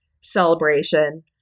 celebration